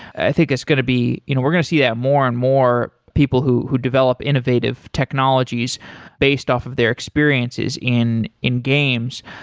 i think it's going to be you know we're going to see that more and more people who who develop innovative technologies based off of their experiences in in games,